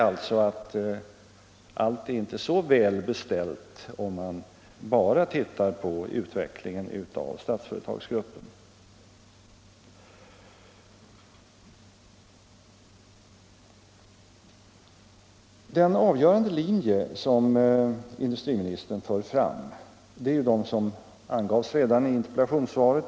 Allt är således inte så väl beställt om man bara tittar på utvecklingen i Statsföretagsgruppen. Den avgörande linje som industriministern för fram angavs redan i interpellationssvaret.